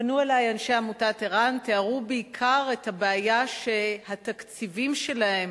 פנו אלי אנשי עמותת ער"ן ותיארו בעיקר את הבעיה שהתקציבים שלהם